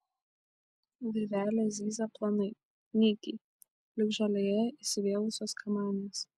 virvelės zyzia plonai nykiai lyg žolėje įsivėlusios kamanės